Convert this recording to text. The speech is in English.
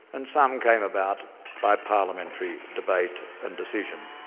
and some came about by parliamentary debate and decision.